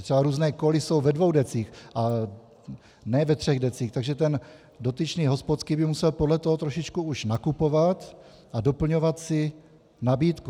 Třeba různé coly jsou ve dvou deci, ne ve třech deci, takže ten dotyčný hospodský by musel podle toho už trošičku nakupovat a doplňovat si nabídku.